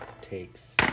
takes